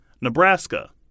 Nebraska